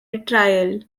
retrial